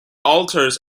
altars